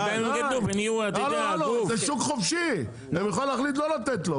זה שוק חופשי, הוא יכול להחליט לא לתת לו.